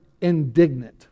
indignant